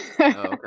okay